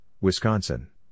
Wisconsin